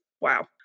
Wow